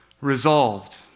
Resolved